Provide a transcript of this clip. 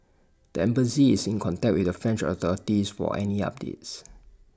the embassy is in contact with the French authorities for any updates